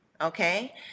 okay